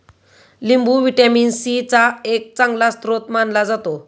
लिंबू vitamin C चा एक चांगला स्रोत मानला जातो